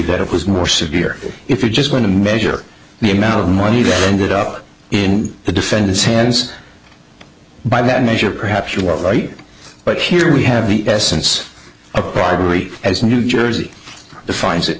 that it was more severe if you're just going to measure the amount of money to send it up in the defense hands by that measure perhaps you are right but here we have the essence of bribery as new jersey defines it